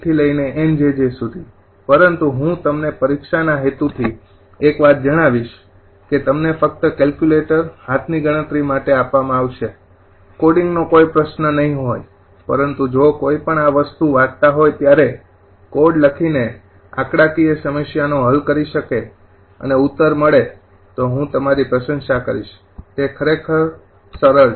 N પરંતુ હું તમને પરીક્ષાના હેતુથી એક વાત જણાવીશ કે તમને ફક્ત કેલ્ક્યુલેટર હાથની ગણતરી માટે આપવામાં આવશે કોડિંગનો કોઈ પ્રશ્ન નહીં હોય પરંતુ જો કોઈ પણ આ વસ્તુ વાંચતા હોય ત્યારે કોડ લખી ને આ આંકડાકીય સમસ્યા નો હલ કરી શકાય અને ઉતર મડે હું તમારી પ્રશંશા કરીશ તે ખરેખર સરળ છે